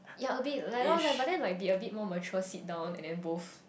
ya a bit adults like but then like be a bit more mature sit down and then both